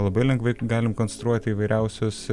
labai lengvai galim konstruoti įvairiausius